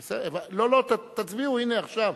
לא, לא, תצביעו, הנה עכשיו.